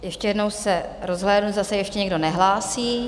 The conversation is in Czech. Ještě jednou se rozhlédnu, zda se ještě někdo nehlásí?